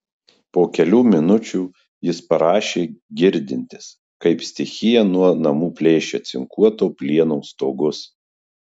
po kelių minučių jis parašė girdintis kaip stichija nuo namų plėšia cinkuoto plieno stogus